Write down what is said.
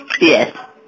Yes